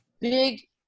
big